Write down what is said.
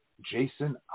jason